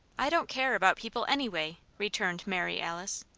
i don't care about people, anyway, returned mary alice.